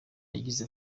yagize